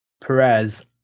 Perez